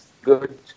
good